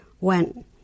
went